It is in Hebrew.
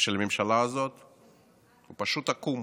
של הממשלה הזאת הוא פשוט עקום.